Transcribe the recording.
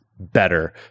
better